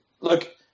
look